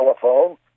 telephone